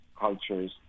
cultures